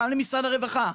וגם משרד הרווחה.